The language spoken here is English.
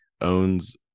owns